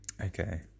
okay